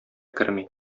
керми